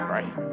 Right